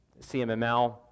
CMML